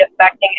affecting